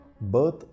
Birth